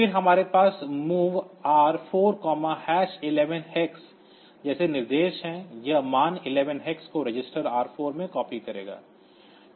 फिर हमारे पास MOV R411hex जैसे निर्देश हैं यह मान 11hex को रजिस्टर R4 में कॉपी करेगा